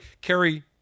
Kerry